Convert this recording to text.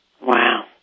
Wow